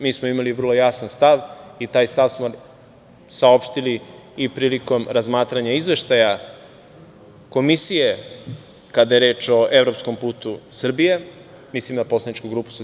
Mi smo imali vrlo jasan stav, i taj stav smo saopštili i prilikom razmatranja Izveštaja Komisije, kada je reč o evropskom putu Srbije, mislim na poslaničku grupu SPS.